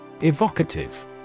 Evocative